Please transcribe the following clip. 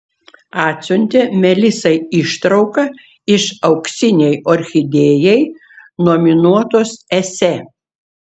atsiuntė melisai ištrauką iš auksinei orchidėjai nominuotos esė